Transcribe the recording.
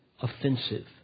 offensive